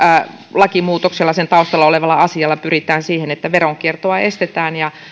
lakimuutoksella sen taustalla olevalla asialla pyritään siihen että veronkiertoa estetään ja